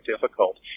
difficult